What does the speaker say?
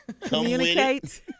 Communicate